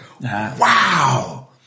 wow